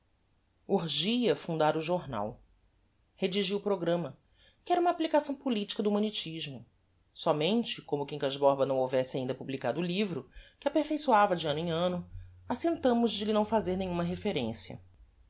urgia fundar o jornal redigi o programma que era uma applicação politica do humanitismo somente como o quincas borba não houvesse ainda publicado o livro que aperfeiçoava de anno em anno assentamos de lhe não fazer nenhuma referencia